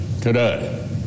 today